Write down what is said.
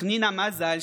חנינא מזל,